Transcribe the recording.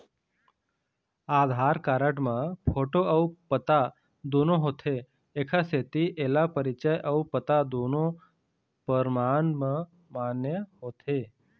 आधार card म photo अउ पता दुनो होथे एखर सेती एला परिचय अउ पता दुनो परमान म मान्य होथे